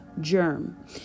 Germ